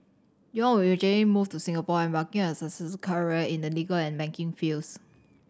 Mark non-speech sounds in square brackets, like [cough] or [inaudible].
Yong [unintelligible] would eventually move to Singapore embarking on a successful career in the legal and banking fields